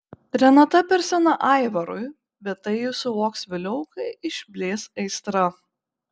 renata per sena aivarui bet tai jis suvoks vėliau kai išblės aistra